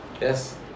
Yes